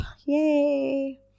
Yay